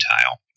tile